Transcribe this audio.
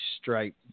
stripe